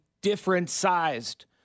different-sized